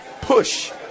push